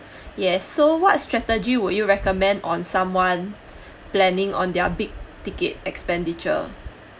yeah so what strategy would you recommend on someone planning on their big ticket expenditure